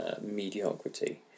mediocrity